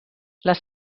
les